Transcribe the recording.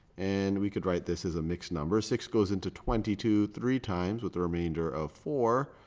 and we could write this as a mixed number. six goes into twenty two three times with a remainder of four.